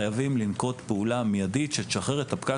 חייבים לנקוט פעולה מידית שתשחרר את הפקק